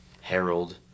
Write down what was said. Harold